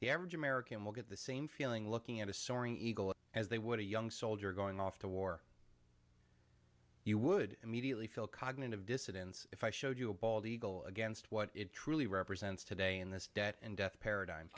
the average american will get the same feeling looking at a soaring eagle as they would a young soldier going off to war you would immediately feel cognitive dissidence if i showed you a bald eagle against what it truly represents today in this debt and death paradigm